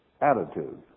attitude